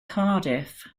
cardiff